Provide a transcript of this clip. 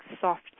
soft